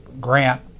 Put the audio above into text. grant